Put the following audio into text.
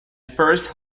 first